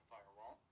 Firewall